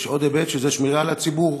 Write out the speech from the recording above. יש עוד היבט, שמירה על הציבור.